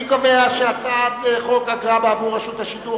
אני קובע שהצעת חוק אגרה בעבור רשות השידור